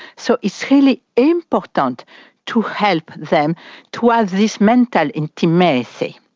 so it's really important to help them to have this mental intimacy.